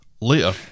Later